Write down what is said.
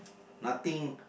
nothing